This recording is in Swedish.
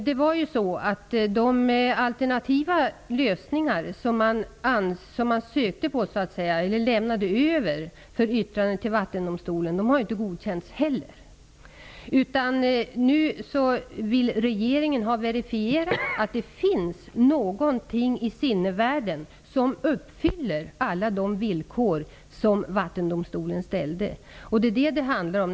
Inte heller de alternativa lösningar som man lämnade över till Vattendomstolen för yttrande har godkänts. Nu vill regeringen ha verifierat att det finns någonting i sinnevärlden som uppfyller alla de villkor som Vattendomstolen ställde. Det är detta det handlar om.